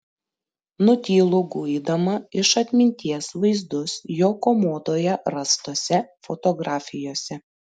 nutylu guidama iš atminties vaizdus jo komodoje rastose fotografijose